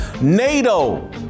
NATO